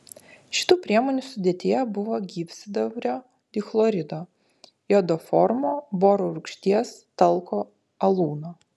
šitų priemonių sudėtyje buvo gyvsidabrio dichlorido jodoformo boro rūgšties talko alūno